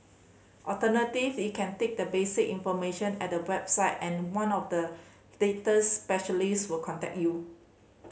alternative you can take the basic information at the website and one of the data specialist will contact you